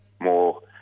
more